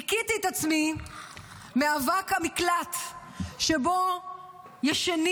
ניקיתי את עצמי מאבק המקלט שבו ישנים